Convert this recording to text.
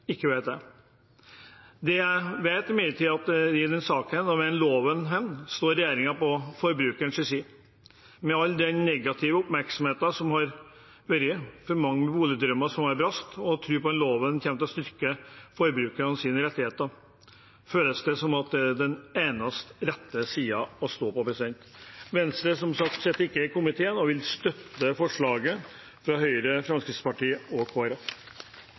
at i denne saken, med denne loven, står regjeringen på forbrukers side. Med all den negative oppmerksomheten som har vært, og for mange boligdrømmer som brast, har jeg tro på at loven kommer til å styrke forbrukernes rettigheter. Det føles som den eneste rette siden å stå på. Venstre sitter som sagt ikke i komiteen, og vi vil støtte forslaget fra Høyre, Fremskrittspartiet og